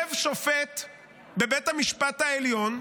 יושב שופט בבית המשפט העליון,